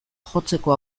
jotzeko